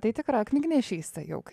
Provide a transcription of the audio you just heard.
tai tikra knygnešystė jau kai